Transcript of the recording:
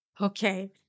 Okay